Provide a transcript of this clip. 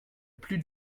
plus